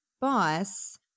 Boss